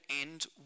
end